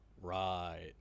Right